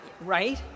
right